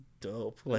dope